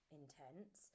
intense